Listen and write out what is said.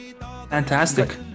Fantastic